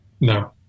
No